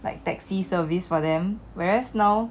like taxi service for them whereas now